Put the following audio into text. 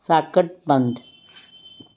socket ਬੰਦ